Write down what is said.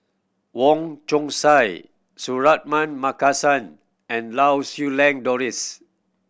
Wong Chong Sai Suratman Markasan and Lau Siew Lang Doris